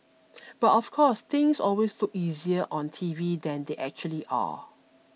but of course things always look easier on T V than they actually are